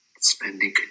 spending